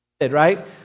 right